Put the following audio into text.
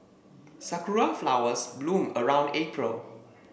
Shakur flowers bloom around April